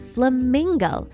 Flamingo